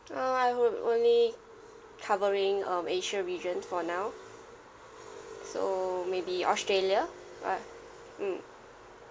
uh I would only covering um asia region for now so maybe australia mm